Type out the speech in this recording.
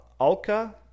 alka